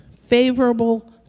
favorable